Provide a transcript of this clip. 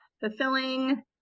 Fulfilling